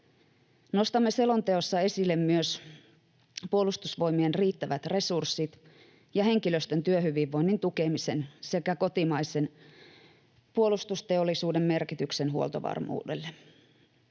Nostamme selonteossa esille myös Puolustusvoimien riittävät resurssit ja henkilöstön työhyvinvoinnin tukemisen sekä kotimaisen puolustusteollisuuden merkityksen huoltovarmuudelle.